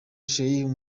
sheikh